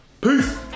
Peace